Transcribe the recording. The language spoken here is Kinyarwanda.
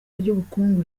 ry’ubukungu